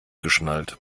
geschnallt